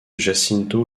jacinto